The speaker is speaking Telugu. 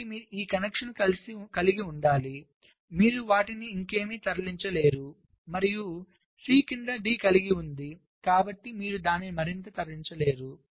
కాబట్టి మీరు ఈ కనెక్షన్ను కలిగి ఉండాలి కాబట్టి మీరు వాటిని ఇంకేమీ తరలించలేరు మరియు C క్రింద D కలిగి ఉంది కాబట్టి మీరు దీన్ని మరింత తరలించలేరు